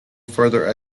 further